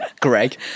Greg